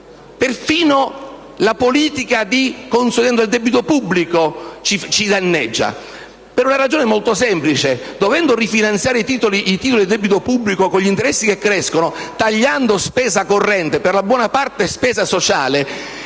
Perfino la politica di consolidamento del debito pubblico ci danneggia, e per una ragione molto semplice: dovendo rifinanziare i titoli del debito pubblico con gli interessi che crescono, tagliando spesa corrente, per la buona parte spesa sociale,